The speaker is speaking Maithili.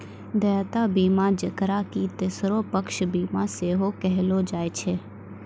देयता बीमा जेकरा कि तेसरो पक्ष बीमा सेहो कहलो जाय छै